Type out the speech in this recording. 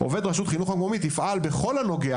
רשות החינוך המקומית תפעל בכל הנוגע